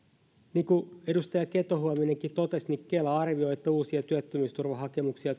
niin kuin edustaja keto huovinenkin totesi niin kela arvioi että uusia työttömyysturvahakemuksia